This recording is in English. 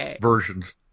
versions